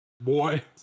Boy